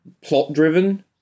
plot-driven